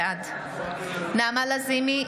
בעד נעמה לזימי,